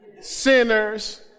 sinners